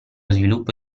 sviluppo